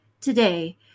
today